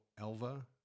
Elva